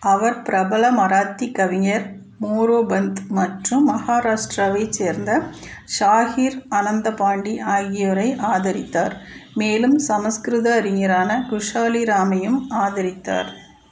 அவர் பிரபல மராத்தி கவிஞர் மோரோபந்த் மற்றும் மகாராஷ்டிராவைச் சேர்ந்த ஷாஹிர் அனந்தபாண்டி ஆகியோரை ஆதரித்தார் மேலும் சமஸ்கிருத அறிஞரான குஷாலி ராமையும் ஆதரித்தார்